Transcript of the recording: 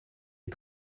est